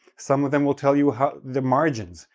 some of them will tell you how the margins,